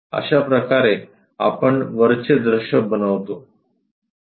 अशाप्रकारे आपण वरचे दृश्य बनवतो